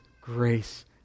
grace